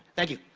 thank you.